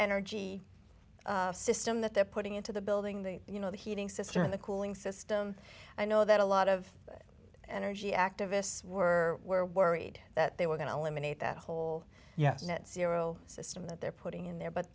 energy system that they're putting into the building the you know the heating system and the cooling system i know that a lot of energy activists were were worried that they were going to eliminate that whole yes net zero system that they're putting in there but